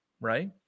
right